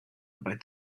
about